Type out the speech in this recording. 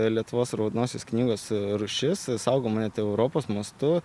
lietuvos raudonosios knygos rūšis saugoma net europos mastu